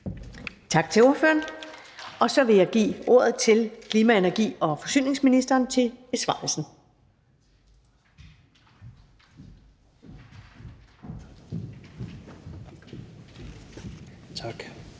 Tak til ordføreren. Så vil jeg give ordet til klima-, energi- og forsyningsministeren for besvarelse. Kl.